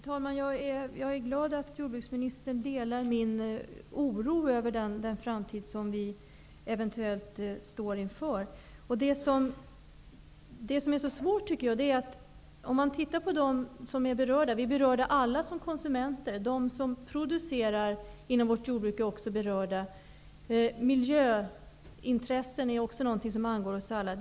Fru talman! Jag är glad att jordbruksministern delar min oro över den framtid som vi eventuellt står inför. Vi är alla som konsumenter berörda av denna fråga. Också producenterna inom vårt jordbruk är berörda, och miljön är någonting som angår oss alla.